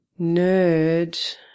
nerd